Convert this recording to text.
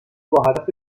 باهدف